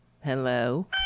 Hello